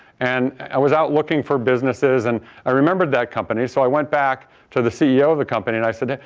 and i was out looking for businesses and i remembered that company. so i went back to the ceo of the company and i said,